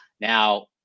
now